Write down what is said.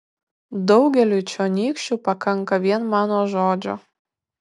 daugeliui čionykščių pakanka vien mano žodžio